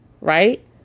right